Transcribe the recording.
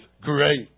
great